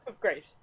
Great